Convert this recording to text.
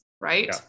right